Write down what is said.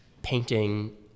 painting